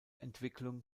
entwicklung